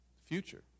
Future